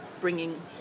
bringing